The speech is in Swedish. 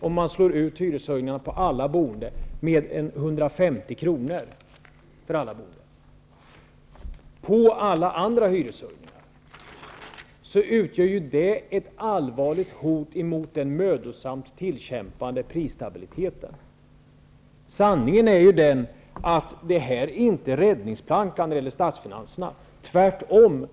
om man slår ut det på alla boende, och detta ovanpå alla andra hyreshöjningar -- utgör detta ett allvarligt hot emot den mödosamt tillkämpade prisstabiliteten. Sanningen är att detta inte är räddningsplankan för statsfinanserna -- tvärtom.